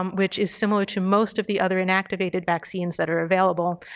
um which is similar to most of the other inactivated vaccines that are available.